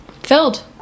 filled